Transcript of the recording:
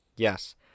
Yes